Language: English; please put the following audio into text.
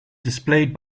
displayed